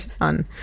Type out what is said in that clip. on